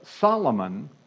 Solomon